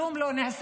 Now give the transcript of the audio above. כלום לא נעשה.